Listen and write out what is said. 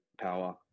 power